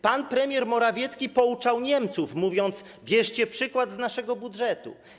Pan premier Morawiecki pouczał Niemców, mówiąc: bierzcie przykład z naszego budżetu.